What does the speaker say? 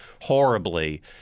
horribly